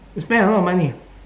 spend a lot of money